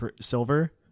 Silver